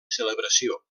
celebració